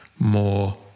more